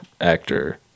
actor